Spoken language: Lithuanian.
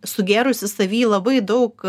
sugėrusi savy labai daug